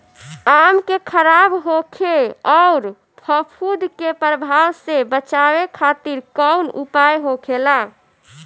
आम के खराब होखे अउर फफूद के प्रभाव से बचावे खातिर कउन उपाय होखेला?